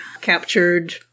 captured